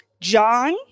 John